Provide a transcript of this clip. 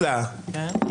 לומר